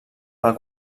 pel